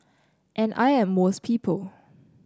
and I am most people